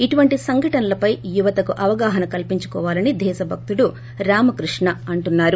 ఇటువంటి సంఘటనపై యువత అవగాహన కల్పించుకోవాలని దేశ భక్తుడు రామకృష్ణ అన్నారు